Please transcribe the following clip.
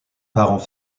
parents